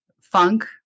funk